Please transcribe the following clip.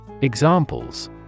Examples